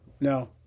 No